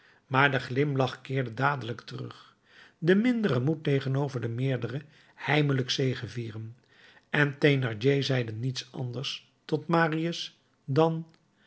maar de glimlach keerde dadelijk terug de mindere moet tegenover den meerdere heimelijk zegevieren en thénardier zeide niets anders tot marius dan